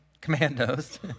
commandos